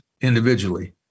individually